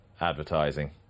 advertising